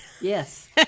Yes